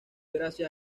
gracias